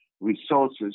resources